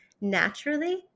naturally